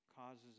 causes